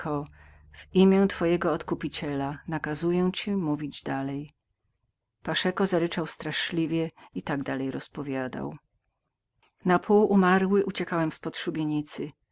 w imieniu twojego odkupiciela nakazuję ci mówić dalej paszeko zaryczał straszliwie i tak dalej rozpowiadał na pół umarły uciekałem z pod